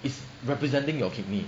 is representing your kidney